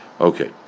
Okay